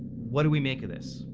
what do we make of this?